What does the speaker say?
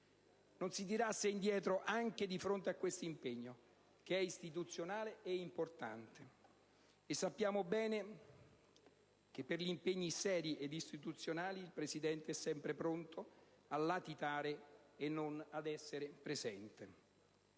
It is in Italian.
non si tirasse indietro anche di fronte a questo impegno, che è istituzionale ed importante, e sappiamo bene che per gli impegni seri e istituzionali il Presidente è sempre pronto a latitare e a non essere presente.